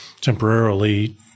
temporarily